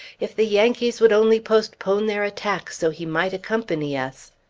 if the yankees would only postpone their attack so he might accompany us!